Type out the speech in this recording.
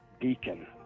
beacon